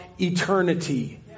eternity